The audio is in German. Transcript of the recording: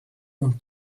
und